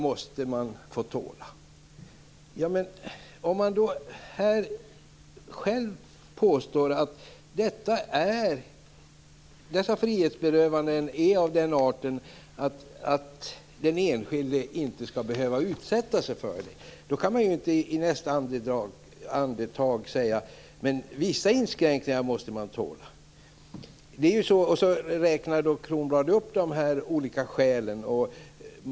Ja, men om han påstår att dessa frihetsberövanden är av den arten att den enskilde inte skall behöva utsätta sig för dem går det inte att i nästa andetag säga att vissa inskränkningar måste man tåla. Bengt Kronblad räknar upp olika skäl.